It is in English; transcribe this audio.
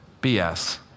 BS